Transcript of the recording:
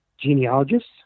genealogists